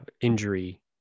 injury